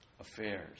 affairs